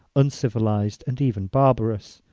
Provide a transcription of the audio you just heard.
uncivilized, and even barbarous.